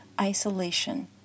isolation